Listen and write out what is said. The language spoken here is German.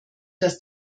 dass